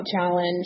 challenge